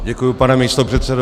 Děkuji, pane místopředsedo.